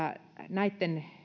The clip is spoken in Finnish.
näitten